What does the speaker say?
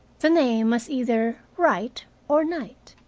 the name was either wright or knight.